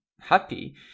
happy